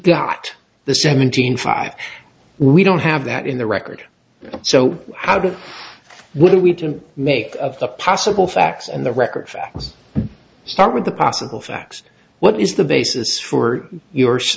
got the seventeen five we don't have that in the record so how did what are we to make of the possible facts and the record let's start with the possible facts what is the basis for your